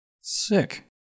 Sick